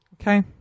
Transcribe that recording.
Okay